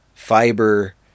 fiber